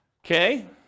Okay